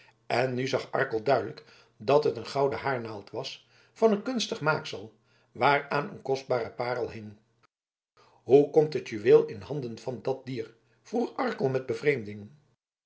en nu zag arkel duidelijk dat het een gouden haarnaald was van een kunstig maaksel waaraan een kostbare parel hing hoe komt het juweel in de handen van dat dier vroeg arkel met